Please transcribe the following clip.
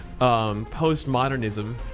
Postmodernism